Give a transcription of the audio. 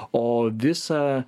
o visa